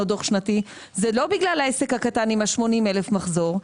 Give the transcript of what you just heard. דוח שנתי זה לא בגלל העסק הקטן עם ה-80,000 מחזור,